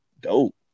dope